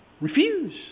Refuse